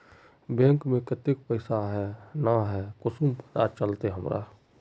Bank में केते पैसा है ना है कुंसम पता चलते हमरा?